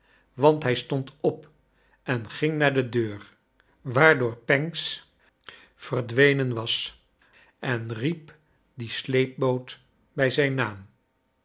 want hij stond op en ging naar de deur waardoor pancks verdvvenen was en riep die sleepboot bij zijn naam